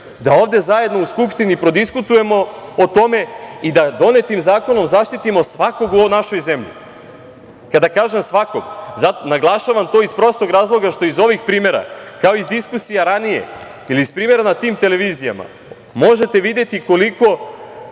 da ovde zajedno u Skupštini prodiskutujemo o tome i da donetim zakonom zaštitimo svakog u ovoj našoj zemlji. Kada kažem – svakog, naglašavam to iz prostog razloga što iz ovih primera, kao i iz diskusija ranije ili iz primera na tim televizijama, možete videti koliko